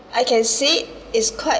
I can say is quite